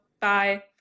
bye